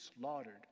slaughtered